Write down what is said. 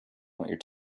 what